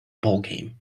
ballgame